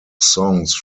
songs